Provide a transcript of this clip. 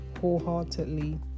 wholeheartedly